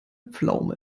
pflaume